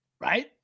right